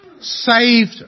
Saved